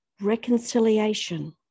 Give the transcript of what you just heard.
reconciliation